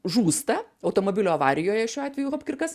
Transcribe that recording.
žūsta automobilio avarijoje šiuo atveju hopkirkas